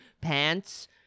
pants